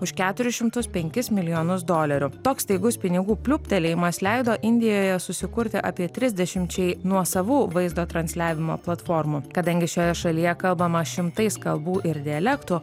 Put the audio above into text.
už keturis šimtus penkis milijonus dolerių toks staigus pinigų pliūptelėjimas leido indijoje susikurti apie trisdešimčiai nuosavų vaizdo transliavimo platformų kadangi šioje šalyje kalbama šimtais kalbų ir dialektų